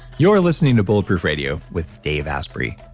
you're listening to bulletproof radio with dave asprey.